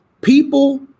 People